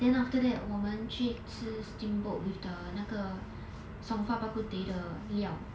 then after that 我们去吃 steamboat with the 那个 song fa bak kut teh 的料